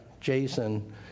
Jason